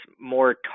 more